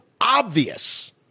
obvious